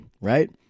right